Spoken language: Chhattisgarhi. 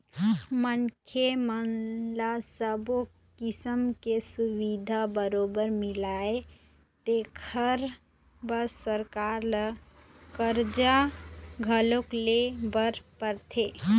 मनखे मन ल सब्बो किसम के सुबिधा बरोबर मिलय तेखर बर सरकार ल करजा घलोक लेय बर परथे